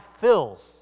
fills